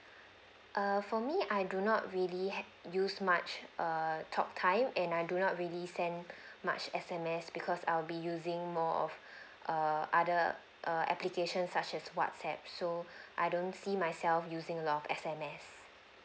err for me I do not really ha~ use much err talk time and I do not really send much S_M_S because I'll be using more of err other err applications such as whatsapp so I don't see myself using a lot of S_M_S